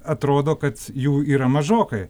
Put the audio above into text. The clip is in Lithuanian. atrodo kad jų yra mažokai